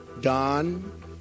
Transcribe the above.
Don